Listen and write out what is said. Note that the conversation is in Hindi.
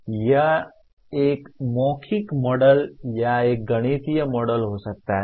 यह एक मौखिक मॉडल या एक गणितीय मॉडल हो सकता है